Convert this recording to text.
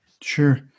Sure